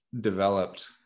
developed